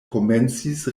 komencis